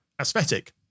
aesthetic